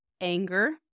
anger